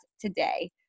today